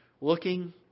Looking